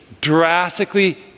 drastically